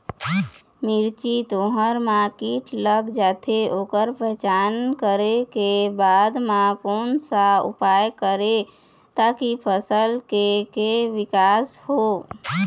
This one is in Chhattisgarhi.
मिर्ची, तुंहर मा कीट लग जाथे ओकर पहचान करें के बाद मा कोन सा उपाय करें ताकि फसल के के विकास हो?